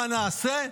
מה נעשה?